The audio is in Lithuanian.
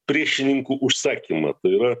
priešininkų užsakymą tai yra